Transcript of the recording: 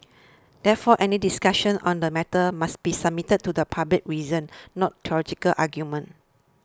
therefore any discussions on the matter must be submitted to public reason not theological arguments